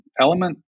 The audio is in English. element